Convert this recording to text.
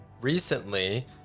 recently